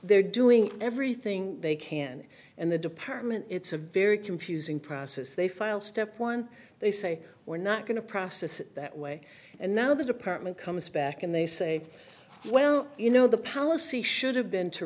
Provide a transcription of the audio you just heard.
they're doing everything they can and the department it's a very confusing process they file step one they say we're not going to process it that way and now the department comes back and they say well you know the palace see should have been to